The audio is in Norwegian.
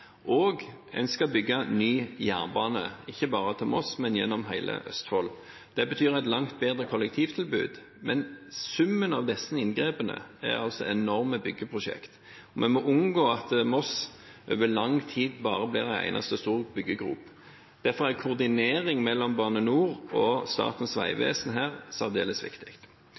og en skal bygge ny jernbane, ikke bare til Moss, men gjennom hele Østfold. Det betyr et langt bedre kollektivtilbud, men summen av disse inngrepene er altså enorme byggeprosjekt. Vi må unngå at Moss over lang tid bare blir en eneste stor byggegrop. Derfor er koordinering mellom Bane NOR og Statens vegvesen her særdeles viktig.